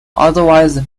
otherwise